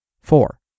Four